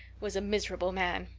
was a miserable man.